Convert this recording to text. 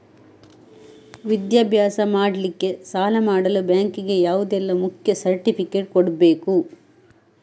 ವಿದ್ಯಾಭ್ಯಾಸ ಮಾಡ್ಲಿಕ್ಕೆ ಸಾಲ ಮಾಡಲು ಬ್ಯಾಂಕ್ ಗೆ ಯಾವುದೆಲ್ಲ ಮುಖ್ಯ ಸರ್ಟಿಫಿಕೇಟ್ ಕೊಡ್ಬೇಕು?